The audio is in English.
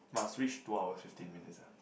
must reach two hour fifteen minutes ah